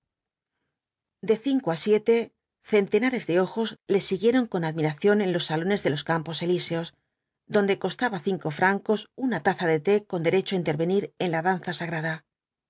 de cinco á siete centenares de ojos le siguieron con admiración en los salones de los campos elíseos donde costaba cinco francos una taza de té con derecho á intervenir en la danza sagrada